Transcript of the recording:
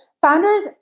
founders